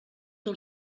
del